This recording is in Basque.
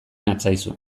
natzaizu